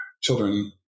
children